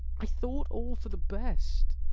i thought all for the best.